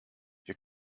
wir